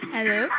Hello